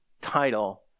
title